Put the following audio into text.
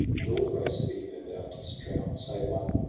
and all the race of ymir thou didst drown, save one,